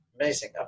amazing